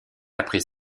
après